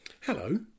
Hello